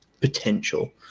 potential